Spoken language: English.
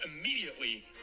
immediately